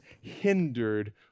hindered